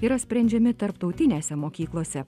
yra sprendžiami tarptautinėse mokyklose